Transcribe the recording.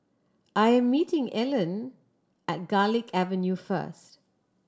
I am meeting Elon at Garlick Avenue first